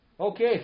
Okay